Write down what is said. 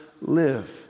live